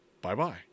Bye-bye